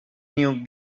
new